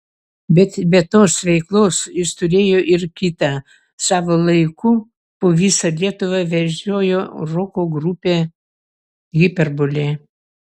bet be tos veiklos jis turėjo ir kitą savo laiku po visą lietuvą vežiojo roko grupę hiperbolė